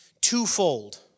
twofold